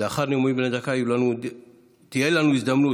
לאחר הנאומים בני דקה תהיה לנו הזדמנות